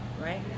right